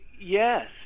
yes